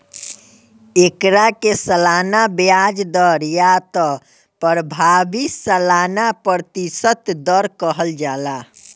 एकरा के सालाना ब्याज दर या त प्रभावी सालाना प्रतिशत दर कहल जाला